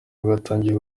rwatangiye